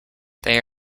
they